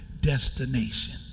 destination